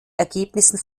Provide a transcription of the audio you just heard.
ergebnissen